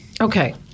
Okay